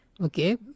Okay